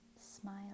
smile